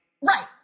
Right